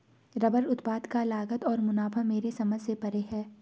rubber उत्पाद का लागत और मुनाफा मेरे समझ से परे है